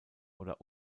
oder